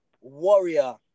warrior